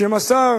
שמסר